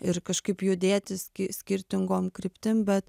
ir kažkaip judėti ski skirtingom kryptim bet